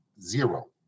zero